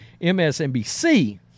MSNBC